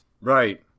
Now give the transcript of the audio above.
Right